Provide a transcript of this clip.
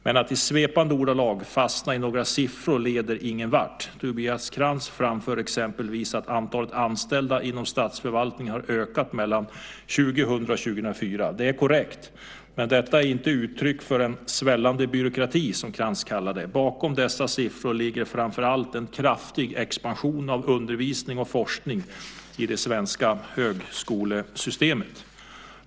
Men att i svepande ordalag fastna i några siffror leder ingen vart. Tobias Krantz framför exempelvis att antalet anställda inom statsförvaltningen har ökat mellan 2000 och 2004. Det är korrekt, men detta är inte uttryck för en "svällande byråkrati" som Krantz kallar det. Bakom dessa siffror ligger framför allt en kraftig expansion av undervisning och forskning i det svenska högskolesystemet.